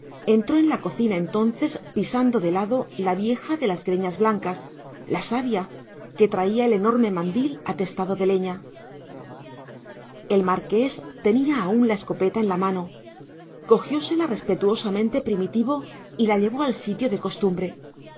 entró en la cocina entonces pisando de lado la vieja de las greñas blancas la sabia que traía el enorme mandil atestado de leña el marqués tenía aún la escopeta en la mano cogiósela respetuosamente primitivo y la llevó al sitio de costumbre